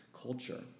culture